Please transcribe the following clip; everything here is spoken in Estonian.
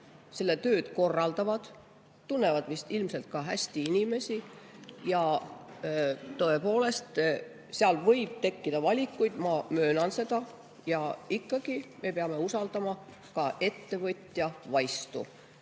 selle tööd korraldavad, nad tunnevad ilmselt ka hästi inimesi. Ja tõepoolest, seal võib tekkida valikuid, ma möönan seda, aga ikkagi me peame usaldama ka ettevõtja vaistu.